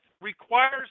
requires